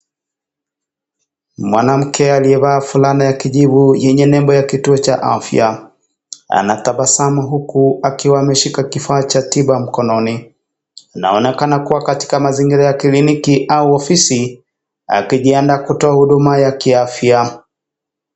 Mwanamke aliyevalia fulana ya kijivu yenye nembo ya kituo cha afya, ametabasamu huku akiwa ameshika kifaa cha tiba mkononi, anaonekana kuwa katika mazingira ya kliniki au ofisi, akijiandaa kutoa huduma ya kiafya .